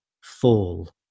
fall